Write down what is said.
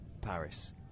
Paris